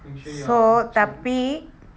make sure your children